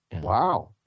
Wow